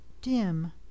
Dim